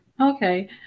Okay